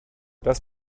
das